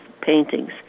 paintings